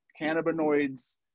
cannabinoids